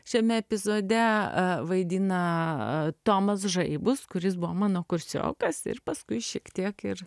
šiame epizode vaidina tomas žaibus kuris buvo mano kursiokas ir paskui šiek tiek ir